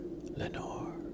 Lenore